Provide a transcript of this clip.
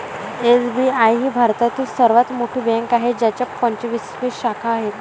SBI ही भारतातील सर्वात मोठी बँक आहे ज्याच्या पंचवीसशे शाखा आहेत